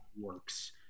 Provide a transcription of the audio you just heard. works